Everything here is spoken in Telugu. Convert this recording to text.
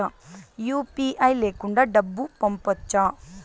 యు.పి.ఐ లేకుండా డబ్బు పంపొచ్చా